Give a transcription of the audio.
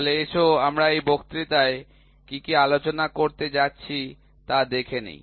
তাহলে এসো আমরা এই বক্তৃতার কি কি আলোচনা করতে যাচ্ছি তা দেখে নিই